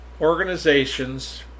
organizations